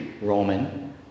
Roman